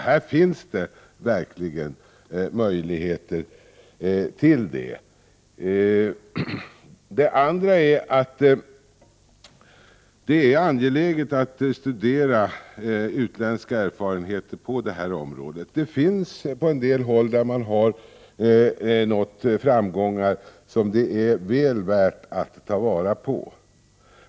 Det finns möjligheter till detta. Vidare är det angeläget att studera utländska erfarenheter på området. På en del håll har man nått framgångar, och erfarenheterna därifrån är väl värda att ta vara på.